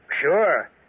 Sure